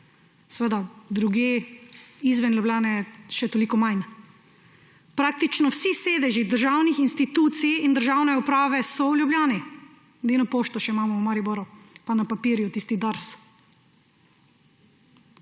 Seveda drugje, izven Ljubljane, še toliko manj. Praktično vsi sedeži državnih institucij in državne uprave so v Ljubljani, edino Pošto še imamo v Mariboru, pa na papirju tisti Dars.